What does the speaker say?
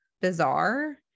bizarre